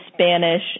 Spanish